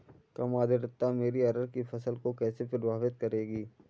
कम आर्द्रता मेरी अरहर की फसल को कैसे प्रभावित करेगी?